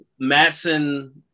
Matson